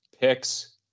Picks